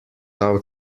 out